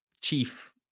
chief